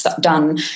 done